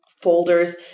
folders